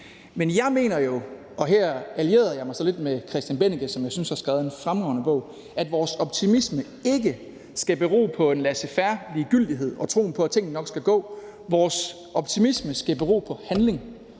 Men jeg mener jo, og her allierede jeg mig så lidt med Christian Bennike, som jeg synes har skrevet en fremragende bog, at vores optimisme ikke skal bero på en laissez faire-ligegyldighed og tro på, at tingene nok skal gå. Vores optimisme skal bero på handling